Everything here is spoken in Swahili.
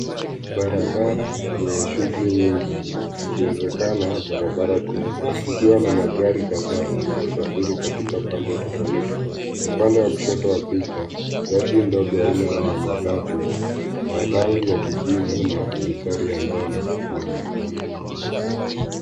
Barabara yenye shughuli nyingi, ikiwezekana barabara kuu, ikiwa na magari kadhaa yanayosafiri katika pande tofauti. Upande wa kushoto wa picha, gari ndogo aina la matatu la rangi ya kijivu na mistari ya njano inaonekana.